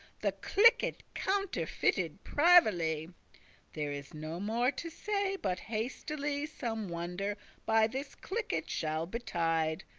the cliket counterfeited privily there is no more to say, but hastily some wonder by this cliket shall betide,